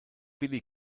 billy